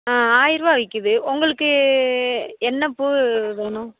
ஆ ஆயிரம் ரூபா விற்கிது உங்களுக்கு என்ன பூ வேணும்